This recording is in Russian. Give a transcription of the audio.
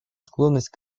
склонность